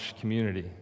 community